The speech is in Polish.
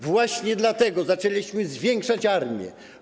Właśnie dlatego zaczęliśmy zwiększać armię.